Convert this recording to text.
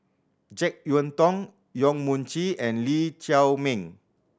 Jek Yeun Thong Yong Mun Chee and Lee Chiaw Meng